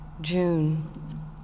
June